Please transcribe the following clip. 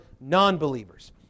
non-believers